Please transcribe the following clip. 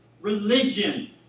religion